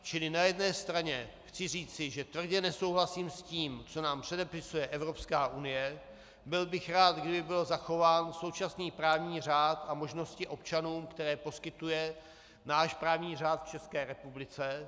Čili na jedné straně chci říci, že tvrdě nesouhlasím s tím, co nám předepisuje Evropská unie, byl bych rád, kdyby byl zachován současný právní řád a možnosti občanům, které poskytuje náš právní řád v České republice.